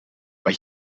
but